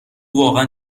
واقعا